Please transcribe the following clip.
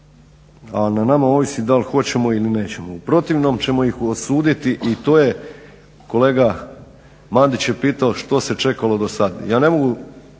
a na nama ovisi dal hoćemo ili nećemo. U protivno ćemo ih osuditi i to je, kolega Mandić je pitao što se čekalo do sad. Ja ne mogu,